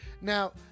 now